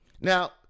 Now